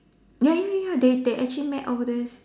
ya ya ya they they actually made all these